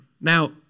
Now